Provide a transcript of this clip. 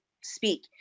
speak